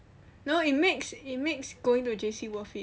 no it makes it makes going to J_C worth it